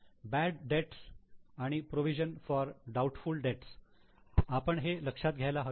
bad debts आणि provision for doubtful debts आपण हे लक्षात घ्यायला हवे का